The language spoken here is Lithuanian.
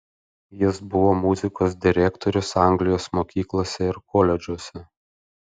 jis buvo muzikos direktorius anglijos mokyklose ir koledžuose